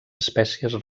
espècies